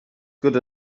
good